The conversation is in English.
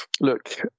Look